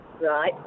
Right